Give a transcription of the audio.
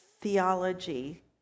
theology